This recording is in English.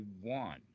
one